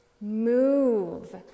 move